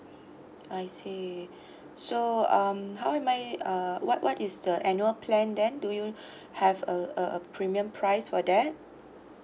I see so um how am I uh what what is the annual plan then do you have a a a premium price for that